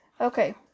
Okay